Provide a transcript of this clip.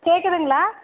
கேட்குதுங்களா